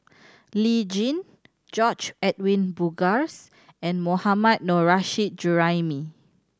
Lee Tjin George Edwin Bogaars and Mohammad Nurrasyid Juraimi